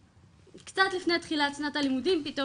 קצת לפני תחילת שנת הלימודים פתאום